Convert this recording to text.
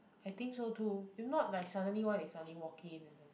I think so too if not like suddenly why they suddenly walk in and then